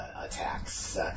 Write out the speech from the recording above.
attacks